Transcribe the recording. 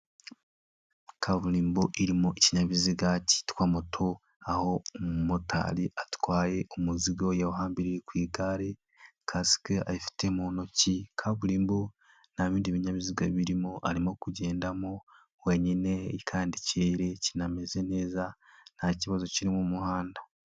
Kaburimbo irimo ikinyabiziga kitwa moto. Aho umu motari atwaye umuzigo yawuhambiriye ku igare, kasike ayifite mu ntoki. Kaburimbo nta bindi binyabiziga birimo arimo kugendamo wenyine kandi ikirere kinameze neza nta kibazo kiri mu muhanda.